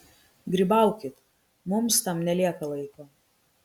grybaukit mums tam nelieka laiko